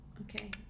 Okay